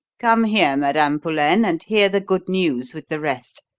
come here, madame pullaine, and hear the good news with the rest.